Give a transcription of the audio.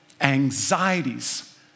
anxieties